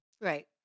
Right